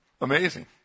Amazing